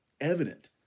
evident